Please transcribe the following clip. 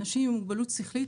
אנשים עם מוגבלות שכלית,